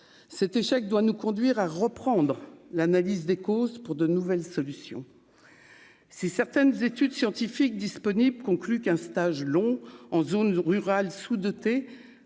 cet échec doit nous conduire à reprendre l'analyse des causes pour de nouvelles solutions si certaines études scientifiques disponibles, conclut qu'un stage long en zone rurale, sous-dotées,